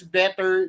better